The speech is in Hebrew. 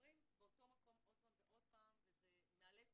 מתחפרים באותו מקום עוד פעם ועוד פעם וזה מאלץ